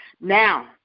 Now